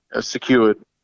secured